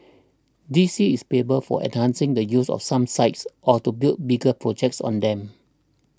D C is payable for enhancing the use of some sites or to build bigger projects on them